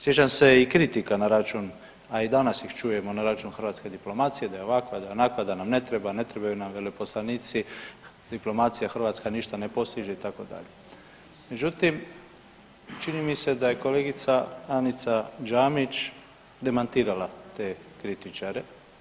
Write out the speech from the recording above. Sjećam se i kritika na račun, a i danas ih čujemo na račun hrvatske diplomacije da je ovakva, da je onakva, da nam ne treba, ne trebaju nam veleposlanici, diplomacija hrvatska ništa ne postiže itd., međutim čini mi se da je kolegica Anica Djamić demantirala te kritičare.